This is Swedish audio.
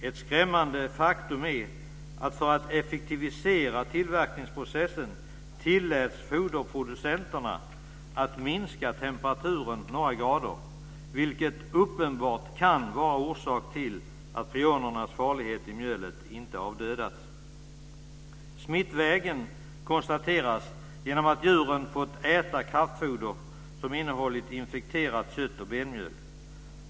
Ett skrämmande faktum är att för att effektivisera tillverkningsprocessen tilläts foderproducenterna att minska temperaturen några grader, vilket uppenbart kan vara orsaken till att prionerna i mjölet inte har dödats. Smittvägen konstateras genom att djuren fått äta kraftfoder som innehållit infekterat kött och benmjöl.